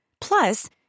Plus